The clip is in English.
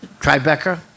Tribeca